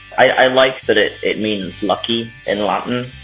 i like that it it means! lucky! in latin,